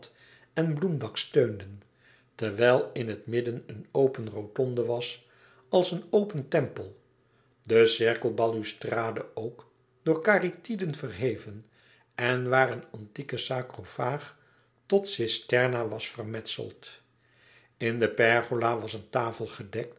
en bloemdak steunden terwijl in het midden een open rotonde was als een open tempel de cirkelbalustrade ook door karyatiden verheven en waar een antieke sarkofaag tot cisterna was vermetseld in de pergola was een tafel gedekt